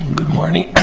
morning.